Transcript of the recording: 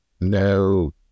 no